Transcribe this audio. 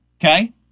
Okay